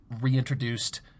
reintroduced